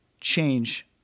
change